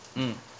mm